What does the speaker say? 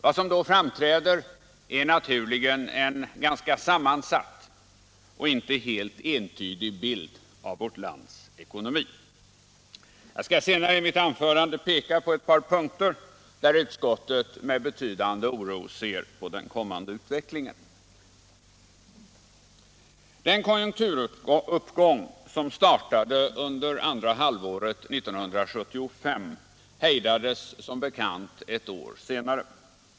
Vad som då framträder är naturligen en ganska sammansatt och inte helt entydig bild av vårt lands ekonomi. Jag skall senare i mitt anförande peka på ett par punkter där utskottet med betydande oro ser på den kommande utvecklingen. Den konjunkturuppgång som startade under andra halvåret 1975 hejdades som bekant ett år senare.